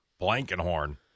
Blankenhorn